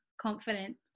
confident